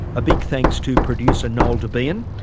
a big thanks to producer noel debien.